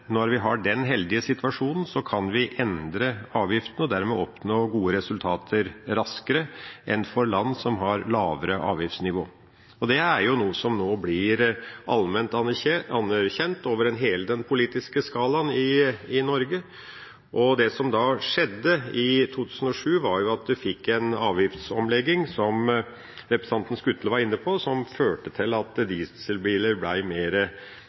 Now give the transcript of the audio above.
når vi har den heldige situasjonen, kan vi endre avgiftene og dermed oppnå gode resultater raskere enn land som har lavere avgiftsnivå. Det er noe som nå blir allment anerkjent over hele den politiske skalaen i Norge. Det som skjedde i 2007, var at vi fikk en avgiftsomlegging – som representanten Skutle var inne på – som førte til at